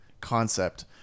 concept